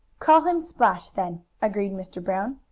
call him splash, then, agreed mr. brown,